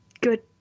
good